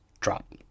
drop